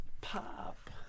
Pop